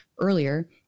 earlier